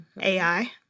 AI